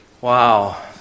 Wow